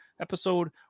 episode